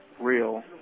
real